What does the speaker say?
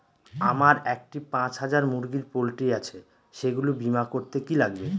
আমার একটি পাঁচ হাজার মুরগির পোলট্রি আছে সেগুলি বীমা করতে কি লাগবে?